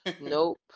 nope